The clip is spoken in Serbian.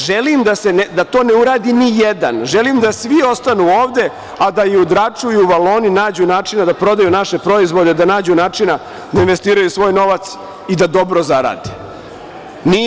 Želim da to ne uradi nijedan, želim da svi ostanu ovde, a da u Draču i u Valoni nađu načina da prodaju naše proizvode, da nađu načina da investiraju svoj novac i da dobro zarade.